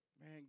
Man